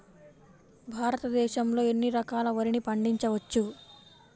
భారతదేశంలో ఎన్ని రకాల వరిని పండించవచ్చు